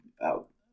out